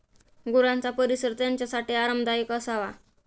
गुरांचा परिसर त्यांच्यासाठी आरामदायक असावा